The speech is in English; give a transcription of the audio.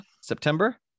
September